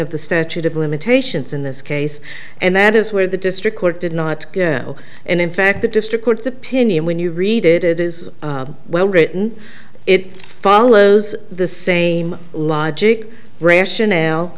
of the statute of limitations in this case and that is where the district court did not go and in fact the district court's opinion when you read it it is well written it follows the same logic rationale